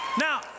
Now